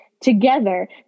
together